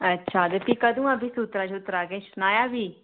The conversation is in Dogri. आं ते फ्ही कदूं ऐ सूत्तरा किश सनाया फ्ही